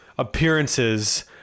appearances